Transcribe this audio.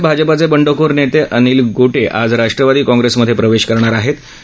ध्ळ्याचे भाजपाचे बंडखोर नेते अनिक गोटे आज राष्ट्रवादी कॉंग्रेसमध्ये प्रवेश करणार आहेत